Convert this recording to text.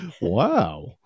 wow